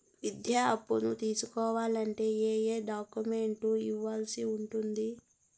విద్యా అప్పును తీసుకోవాలంటే ఏ ఏ డాక్యుమెంట్లు ఇవ్వాల్సి ఉంటుంది